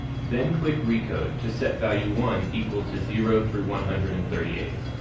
then click recode to set value one equal to zero through one hundred and thirty eight.